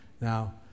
Now